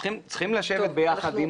צריך לשבת ביחד.